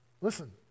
Listen